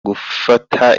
gufata